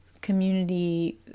community